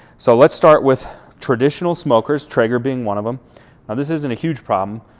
so let's start with traditional smokers, traeger being one of them. now this isn't a huge problem,